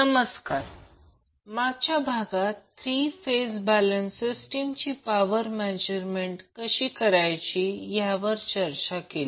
नमस्कार मागच्या भागात थ्री फेज बॅलेन्स सिस्टिम ची पॉवर मेजरमेंट कशी करायची यावर चर्चा केली